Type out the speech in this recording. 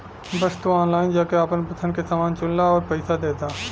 बस तू ऑनलाइन जाके आपन पसंद के समान चुनला आउर पइसा दे दा